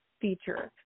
feature